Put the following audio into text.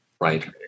Right